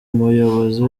umuyobozi